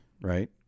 right